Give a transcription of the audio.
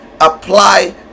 apply